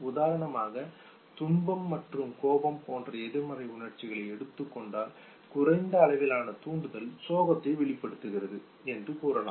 உதாரணமாக துன்பம் மற்றும் கோபம் போன்ற எதிர்மறை உணர்ச்சிகளை எடுத்துக் கொண்டால் குறைந்த அளவிலான தூண்டுதல் சோகத்தை வெளிப்படுத்துகிறது என்று கூறலாம்